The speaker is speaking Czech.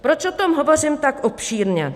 Proč o tom hovořím tak obšírně?